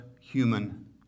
human